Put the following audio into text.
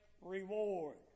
reward